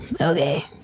okay